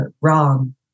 wrong